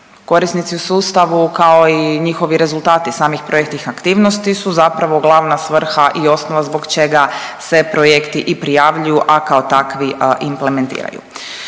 Korisnici u sustavu, kao i njihovi rezultati samih projektnih aktivnosti su zapravo glavna svrha i osnova zbog čega se projekti i prijavljuju, a kao takvi implementiraju.